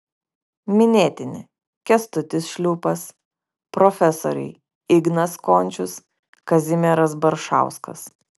minėtini kęstutis šliūpas profesoriai ignas končius kazimieras baršauskas